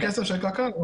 כסף של קק"ל.